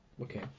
okay